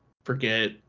forget